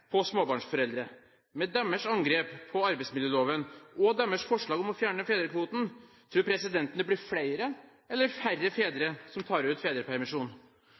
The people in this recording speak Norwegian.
småbarnsforeldre. Med deres angrep på arbeidsmiljøloven og med deres forslag om å fjerne fedrekvoten: Tror presidenten det blir flere eller færre fedre som tar ut fedrepermisjon?